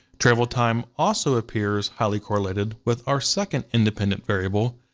travel time also appears highly correlated with our second independent variable,